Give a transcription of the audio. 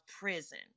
prison